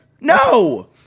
No